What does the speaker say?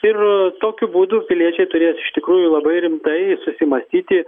ir tokiu būdu piliečiai turės iš tikrųjų labai rimtai susimąstyti